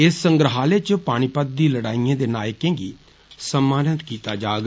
इस संगहालय च पानीपत दी लडाइए दे नायकें गी सम्मानित कीता जाग